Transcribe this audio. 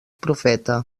profeta